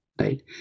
right